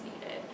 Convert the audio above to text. needed